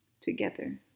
together